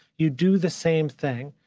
you do the same thing.